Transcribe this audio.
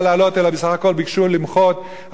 אלא בסך הכול ביקשו למחות על התערבות